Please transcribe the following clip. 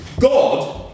God